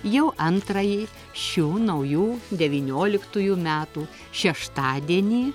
jau antrąjį šių naujų devynioliktųjų metų šeštadienį